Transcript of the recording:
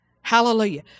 Hallelujah